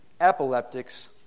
epileptics